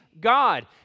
God